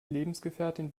lebensgefährtin